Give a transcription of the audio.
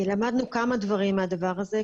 למדנו כמה דברים מהדבר הזה.